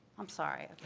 i'm sorry.